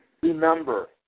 remember